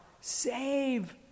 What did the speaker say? save